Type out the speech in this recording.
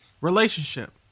Relationship